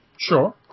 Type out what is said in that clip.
Sure